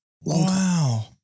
Wow